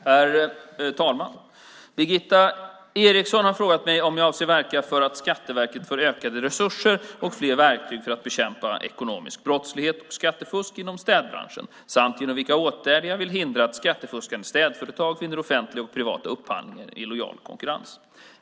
Herr talman! Birgitta Eriksson har frågat mig om jag avser att verka för att Skatteverket får utökade resurser och fler verktyg för att bekämpa ekonomisk brottslighet och skattefusk inom städbranschen samt genom vilka åtgärder jag vill hindra att skattefuskande städföretag vinner offentliga och privata upphandlingar genom illojal konkurrens.